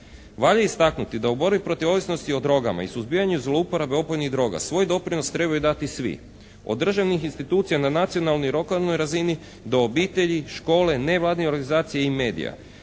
Valja istaknuti da u borbi protiv ovisnosti o drogama i suzbijanju zlouporabe opojnih droga svoj doprinos trebaju dati svi. Od državnih institucija na nacionalnoj i lokalnoj razini do obitelji, škole, nevladinih organizacija i medija